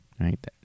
right